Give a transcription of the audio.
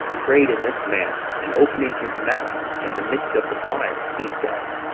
prayed in this manner, and opening his mouth in the midst of the fire, he said